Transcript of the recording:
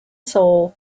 soul